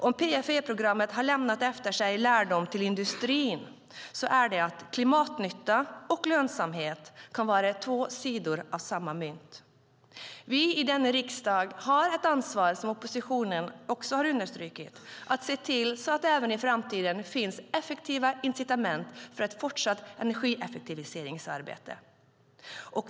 Om PFE-programmet har lämnat efter sig en lärdom till industrin är det att klimatnytta och lönsamhet kan vara två sidor av samma mynt. Vi i riksdagen har ett ansvar, vilket oppositionen också understrukit, att se till att det även i framtiden finns effektiva incitament för ett fortsatt energieffektiviseringsarbete.